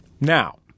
Now